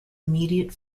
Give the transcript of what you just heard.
immediate